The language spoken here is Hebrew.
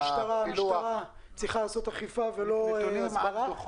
המשטרה צריכה לעשות אכיפה ולא הסברה.